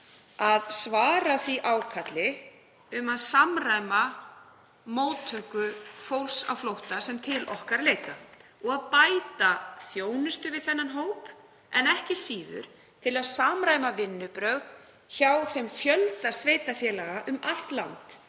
að svara ákalli um að samræma móttöku fólks á flótta sem til okkar leitar og bæta þjónustu við þann hóp og ekki síður um að samræma vinnubrögð hjá þeim fjölda sveitarfélaga um allt land